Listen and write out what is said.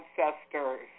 Ancestors